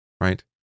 right